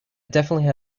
definitely